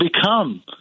become